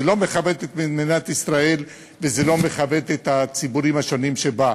זה לא מכבד את מדינת ישראל וזה לא מכבד את הציבורים השונים שבה.